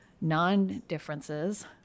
non-differences